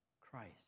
Christ